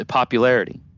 popularity